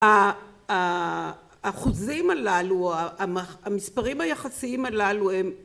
האחוזים הללו, המספרים היחסיים הללו, הם